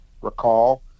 recall